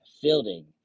fielding